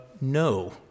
no